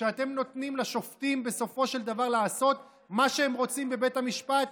כשאתם נותנים לשופטים בסופו של דבר לעשות מה שהם רוצים בבית המשפט,